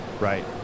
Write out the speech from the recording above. Right